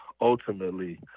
ultimately